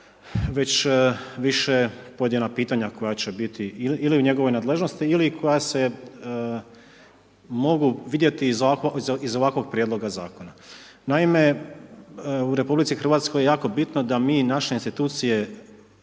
već više pojedina pitanja koja će bili ili u njegovoj nadležnosti ili koja se mogu vidjeti iz ovakvog prijedloga zakona. Naime, u RH je jako bitno da mi naše institucije